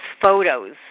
photos